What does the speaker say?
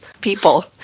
people